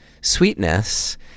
sweetness